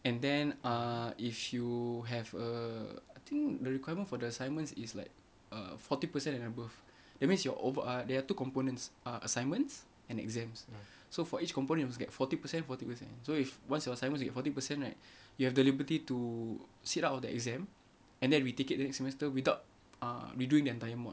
and then uh if you have err I think the requirement for the assignments is like err forty percent and above that means your over ah there are two components uh assignments and exams so for each component you must get forty percent forty percent so if once your assignments you get forty percent right you have the liberty to sit out of the exam and then we retake it the next semester without err redoing the entire mod